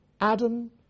Adam